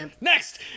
next